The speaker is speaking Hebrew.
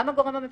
גם הגורם המפקח,